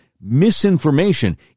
misinformation